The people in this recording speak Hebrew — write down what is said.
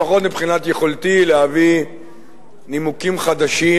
לפחות מבחינת יכולתי להביא נימוקים חדשים,